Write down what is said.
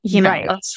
Right